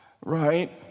right